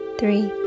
three